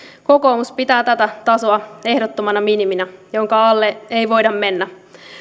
kokoomus pitää tätä tasoa ehdottomana miniminä jonka alle ei voida mennä